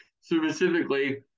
specifically